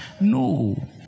No